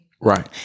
Right